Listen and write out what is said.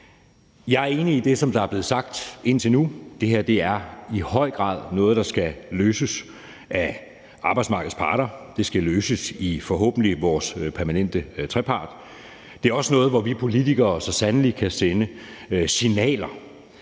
Jeg er enig i det, der er blevet sagt indtil nu. Det her er i høj grad noget, der skal løses af arbejdsmarkedets parter. Det skal forhåbentlig løses i vores permanente trepart. Det er også noget, hvor vi politikere så sandelig kan sende signaler.